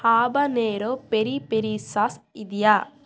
habanero peri peri sauce ಇದೆಯಾ